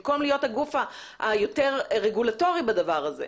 במקום להיות הגוף היותר-רגולטורי בדבר הזה?